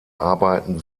arbeiten